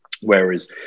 Whereas